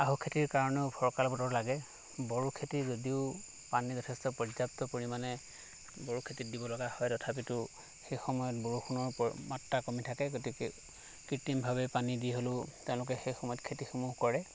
আহু খেতিৰ কাৰণেও ফৰকাল বতৰ লাগে বড়ো খেতি যদিও পানী যথেষ্ট পৰ্যাপ্ত পৰিমাণে বড়ো খেতিত দিব লগা হয় তথাপিতো সেইসময়ত বৰষুণৰ মাত্ৰা কমি থাকে গতিকে কৃত্ৰিমভাৱে পানী দি হ'লেও তেওঁলোকে সেইসময়ত খেতিসমূহ কৰে